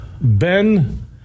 Ben